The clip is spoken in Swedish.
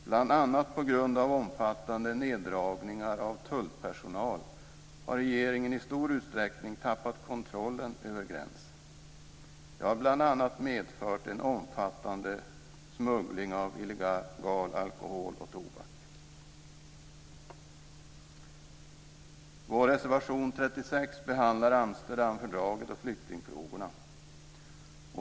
Bl.a. på grund av omfattande neddragningar av tullpersonal har regeringen i stor utsträckning tappat kontrollen över gränsen. Det har bl.a. medfört en omfattande smuggling av illegal alkohol och tobak. Vår reservation 36 behandlar Amsterdamfördraget och flyktingfrågorna.